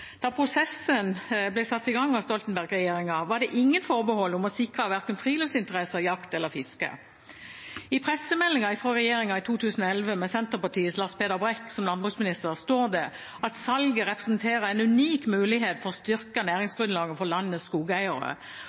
Da prosessen ble satt i gang av Stoltenberg-regjeringen, var det ingen forbehold om å sikre verken friluftsinteresser, jakt eller fiske. I pressemeldingen fra regjeringen i 2011, med Senterpartiets Lars Peder Brekk som landbruksminister, står det at salget representerer en unik mulighet for å styrke næringsgrunnlaget for landets skogeiere.